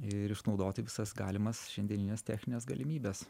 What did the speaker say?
ir išnaudoti visas galimas šiandienines technines galimybes